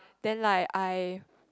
then like I